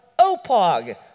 Opog